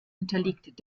unterliegt